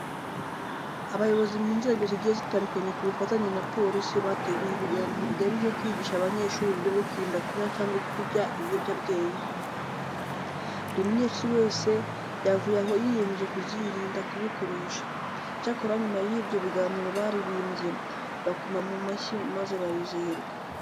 Abayobozi mu nzego zigiye zitandukanye ku bufatanye na polisi bateguye ibiganiro bigamije kwigisha abanyeshuri uburyo bwo kwirinda kunywa cyangwa kurya ibiyobyabwenge. Buri munyeshuri wese yavuye aho yiyemeje kuzirinda kubikoresha. Icyakora nyuma y'ibyo biganiro baririmbye, bakoma mu mashyi maze barizihirwa.